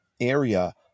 area